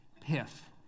piff